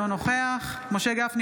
אינו נוכח משה גפני,